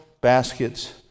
baskets